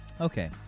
Okay